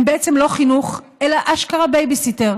הן בעצם לא חינוך אלא אשכרה בייביסיטר,